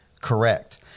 Correct